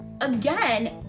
again